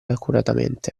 accuratamente